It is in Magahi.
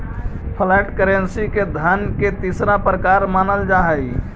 फ्लैट करेंसी के धन के तीसरा प्रकार मानल जा हई